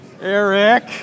Eric